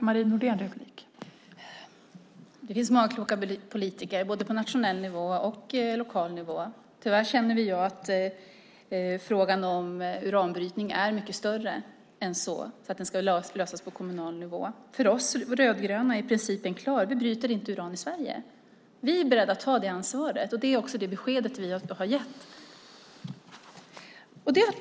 Fru talman! Det finns många kloka politiker både på nationell nivå och på lokal nivå. Tyvärr känner vi att frågan om uranbrytning är mycket större än att den ska lösas på kommunal nivå. För oss rödgröna är principen klar: Vi bryter inte uran i Sverige. Vi är beredda att ta det ansvaret, och det är också det beskedet som vi har gett.